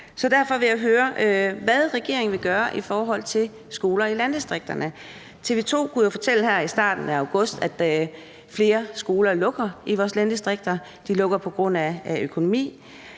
Så derfor vil jeg høre, hvad regeringen vil gøre i forhold til skoler i landdistrikterne. TV 2 kunne jo fortælle her i starten af august, at flere skoler lukker i vores landdistrikter. De lukker på grund af